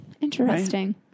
Interesting